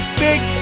big